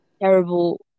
terrible